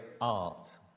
art